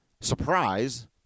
Surprise